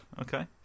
Okay